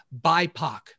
BIPOC